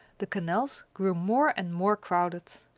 the canals grew more and more crowded.